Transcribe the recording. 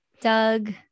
Doug